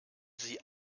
sie